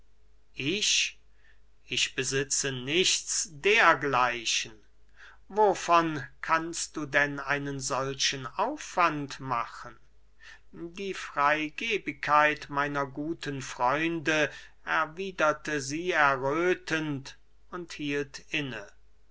ich ich besitze nichts dergleichen wovon kannst du denn einen solchen aufwand machen die freygebigkeit meiner guten freunde erwiederte sie erröthend und hielt inne